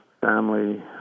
family